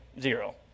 Zero